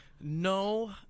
no